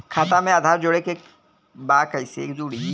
खाता में आधार जोड़े के बा कैसे जुड़ी?